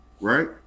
right